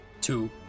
Two